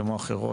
כמו אחרות,